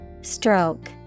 Stroke